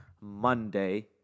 Monday